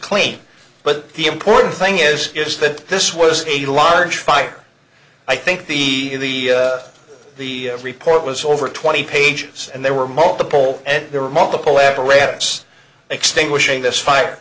clean but the important thing is is that this was a large fire i think the the report was over twenty pages and there were multiple and there were multiple apparatus extinguishing this fire